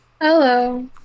Hello